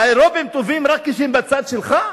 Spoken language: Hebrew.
האירופים טובים רק כשהם בצד שלך?